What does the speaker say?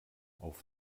auf